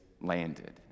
landed